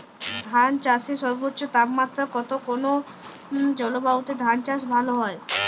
ধান চাষে সর্বোচ্চ তাপমাত্রা কত কোন জলবায়ুতে ধান চাষ ভালো হয়?